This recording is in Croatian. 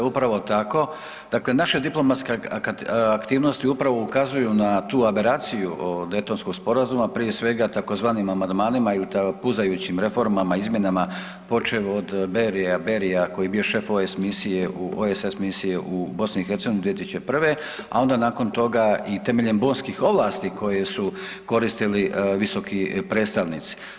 Upravo tako, dakle naše diplomatske aktivnosti upravo ukazuju na tu aberaciju Daytonskog sporazuma, prije svega tzv. amandmanima ili puzajućim reformama izmjenama počev od Beria koji je bio šef OSS misije u BiH 2001., a onda nakon tog i temeljem Bonskih ovlasti koje su koristili visoki predstavnici.